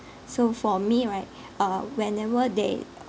so for me right uh whenever they